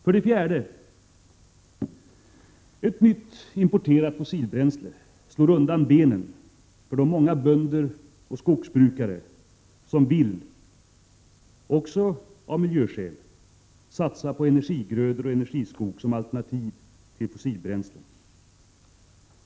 För det fjärde: Ett nytt importerat fossilbränsle slår undan benen för de många bönder och skogsbrukare som, bl.a. av miljöskäl, vill satsa på energigrödor och energiskog som alternativ till fossilbränsle.